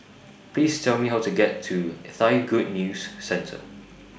Please Tell Me How to get to Thai Good News Centre